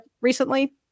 recently